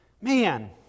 man